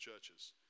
churches